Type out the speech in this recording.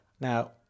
Now